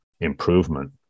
improvement